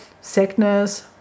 sickness